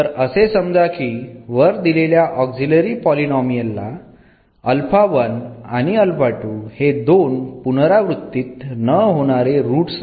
तर असे समजा की वर दिलेल्या ऑक्झिलरी पॉलीनोमियल ला हे दोन पुनरावृत्तीत न होणारे रूट्स आहेत